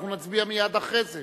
אנחנו נצביע מייד אחרי זה,